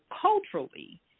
culturally